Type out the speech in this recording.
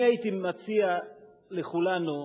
אני הייתי מציע לכולנו,